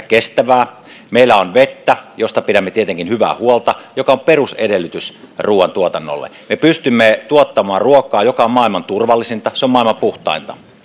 kestävää meillä on vettä josta pidämme tietenkin hyvää huolta mikä on perusedellytys ruuantuotannolle me pystymme tuottamaan ruokaa joka on maailman turvallisinta se on maailman puhtainta